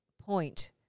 point